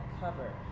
cover